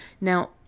now